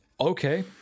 Okay